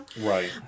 Right